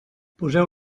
poseu